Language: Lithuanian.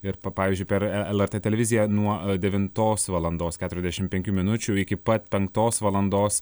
ir pa pavyzdžiui per lrt televiziją nuo devintos valandos keturiasdešim penkių minučių iki pat penktos valandos